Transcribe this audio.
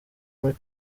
muri